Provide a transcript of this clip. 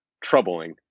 troubling